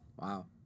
Wow